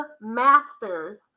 masters